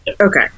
Okay